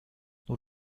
nur